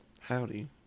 Howdy